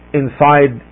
inside